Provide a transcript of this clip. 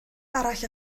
arall